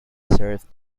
served